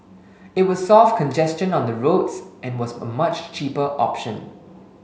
it would solve congestion on the roads and was a much cheaper option